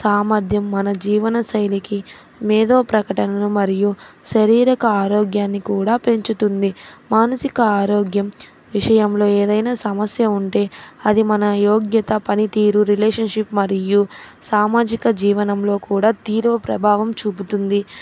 సామర్థ్యం మన జీవనశైలికి మేదో ప్రకటనలు మరియు శరీరక ఆరోగ్యాన్ని కూడా పెంచుతుంది మానసిక ఆరోగ్యం విషయంలో ఏదైనా సమస్య ఉంటే అది మన యోగ్యత పనిత తీరు రిలేషన్షిప్ మరియు సామాజిక జీవనంలో కూడా తీవ్ర ప్రభావం చూపుతుంది